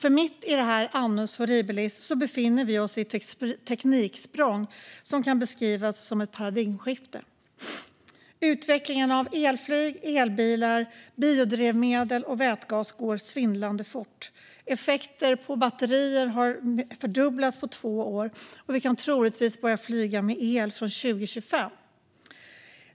Trots detta annus horribilis befinner vi oss nämligen mitt i ett tekniksprång som kan beskrivas som ett paradigmskifte. Utvecklingen av elflyg, elbilar, biodrivmedel och vätgas går svindlande fort. Batterieffekten har fördubblats på två år, och vi kan troligtvis börja flyga med el från 2025.